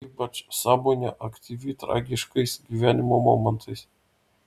ypač sąmonė aktyvi tragiškais gyvenimo momentais